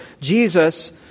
Jesus